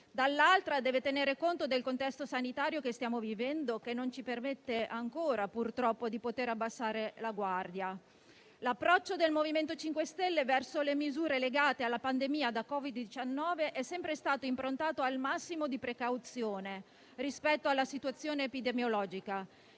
dall'altra, deve tenere conto del contesto sanitario che stiamo vivendo che non ci permette ancora, purtroppo, di poter abbassare la guardia. L'approccio del MoVimento 5 Stelle verso le misure legate alla pandemia da Covid-19 è sempre stato improntato al massimo di precauzione rispetto alla situazione epidemiologica.